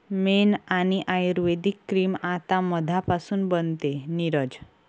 मेण आणि आयुर्वेदिक क्रीम आता मधापासून बनते, नीरज